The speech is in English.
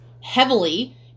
heavily